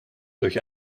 durch